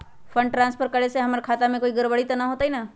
Fund transfer करे से हमर खाता में कोई गड़बड़ी त न होई न?